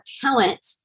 talent